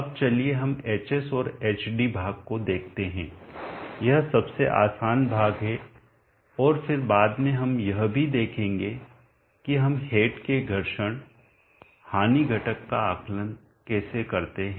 अब चलिए हम hs और hd भाग को देखते हैं यह सबसे आसान भाग है और फिर बाद में हम यह भी देखेंगे कि हम हेड के घर्षण हानी घटक का आकलन कैसे करते हैं